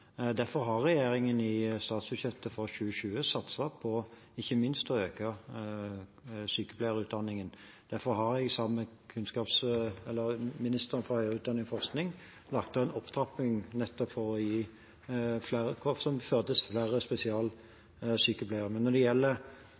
Derfor har regjeringen i statsbudsjettet for 2020 ikke minst satset på å styrke sykepleierutdanningen. Derfor har jeg sammen med ministeren for høyere utdanning og forskning lagt til en opptrapping som nettopp fører til flere spesialsykepleiere. Når det gjelder